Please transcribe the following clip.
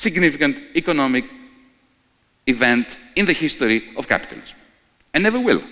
significant economic event in the history of capital and never will